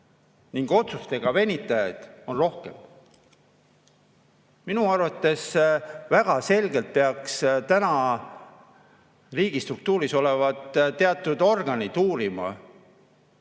ning otsustega venitajaid on rohkem. Minu arvates väga selgelt peaks täna riigistruktuuris olevad teatud organid uurima,